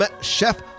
Chef